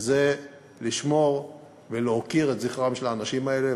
שזה לשמור ולהוקיר את זכרם של האנשים האלה?